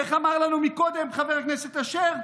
איך אמר לנו קודם חבר הכנסת אשר?